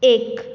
एक